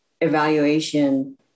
evaluation